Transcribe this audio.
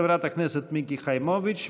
חברת הכנסת מיקי חיימוביץ',